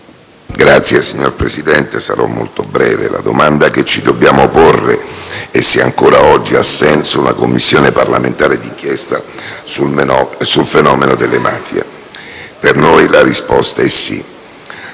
Signor Presidente, la domanda che dobbiamo porci è se ancora oggi ha senso una Commissione parlamentare di inchiesta sul fenomeno delle mafie. Per noi la risposta è sì.